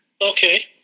Okay